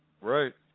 Right